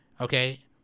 Okay